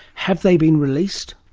have they been released?